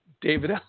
David